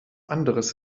anderes